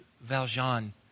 Valjean